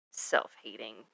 self-hating